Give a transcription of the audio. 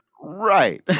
Right